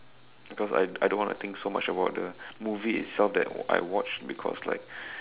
because I I don't want to think so much about the movie itself that I watched because like